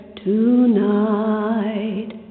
tonight